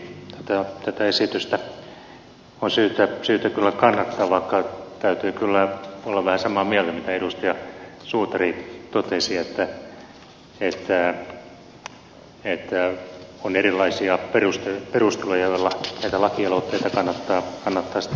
tätä esitystä on syytä kyllä kannattaa vaikka täytyy kyllä olla vähän samaa mieltä mitä edustaja suutari totesi että on erilaisia perusteluja joilla näitä lakialoitteita kannattaa järkevästi perustella